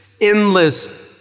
endless